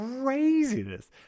craziness